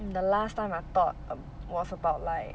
the last time I taught was about like